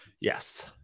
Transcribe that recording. Yes